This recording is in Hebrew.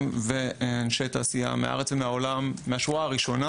ואנשי תעשייה מהארץ ומהעולם מהשורה הראשונה